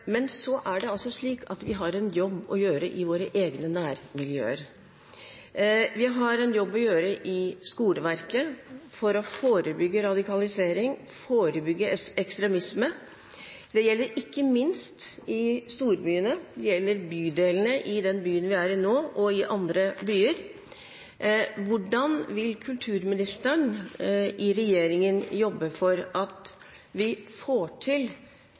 Men så er det altså slik at vi har en jobb å gjøre i våre egne nærmiljøer. Vi har en jobb å gjøre i skoleverket for å forebygge radikalisering, forebygge ekstremisme. Det gjelder ikke minst i storbyene, det gjelder bydelene i den byen vi er i nå, og i andre byer. Hvordan vil kulturministeren i regjeringen jobbe for at vi får til